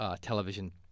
television